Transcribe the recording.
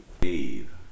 Dave